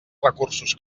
recursos